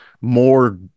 more